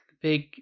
big